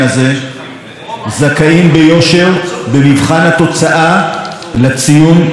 זכאים ביושר, במבחן התוצאה, לציון נכשל.